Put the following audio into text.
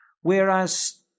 Whereas